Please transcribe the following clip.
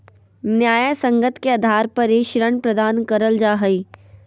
न्यायसंगत के आधार पर ही ऋण प्रदान करल जा हय